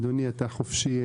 אדוני, אתה חופשי.